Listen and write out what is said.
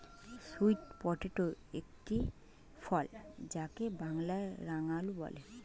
sweet potato একটি ফল যাকে বাংলায় রাঙালু বলে